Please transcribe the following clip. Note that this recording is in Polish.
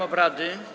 obrady.